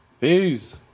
Peace